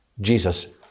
Jesus